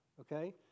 okay